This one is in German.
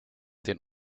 den